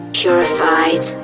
purified